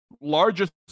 largest